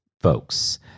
folks